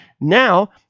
Now